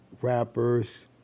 rappers